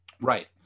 Right